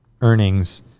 earnings